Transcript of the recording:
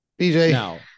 BJ